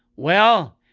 well,